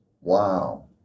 Wow